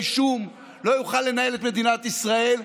אישום לא יוכל לנהל את מדינת ישראל,